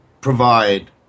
provide